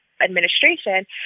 administration